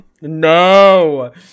No